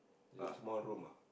it's a small room ah